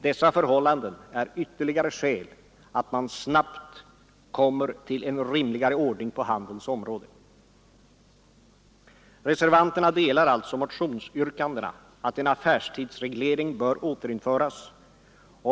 Dessa förhållanden är ytterligare skäl för att man snabbt kommer till en rimligare ordning på handelns område. Reservanterna ansluter sig alltså till motionsyrkandena om att en affärstidsreglering bör återinföras.